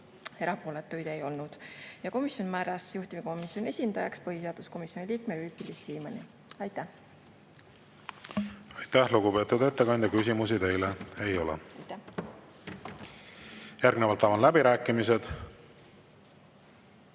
erapooletuid ei olnud. Komisjon määras juhtivkomisjoni esindajaks põhiseaduskomisjoni liikme Pipi-Liis Siemanni. Aitäh! Aitäh, lugupeetud ettekandja! Küsimusi teile ei ole. Järgnevalt avan läbirääkimised.